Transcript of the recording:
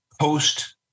post